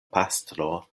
pastro